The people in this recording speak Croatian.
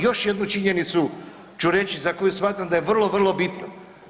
Još jednu činjenicu ću reći za koju smatram da je vrlo, vrlo bitna.